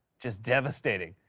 just devastating.